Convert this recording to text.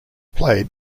played